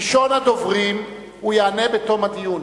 ראשון הדוברים, הוא יענה בתום הדיון.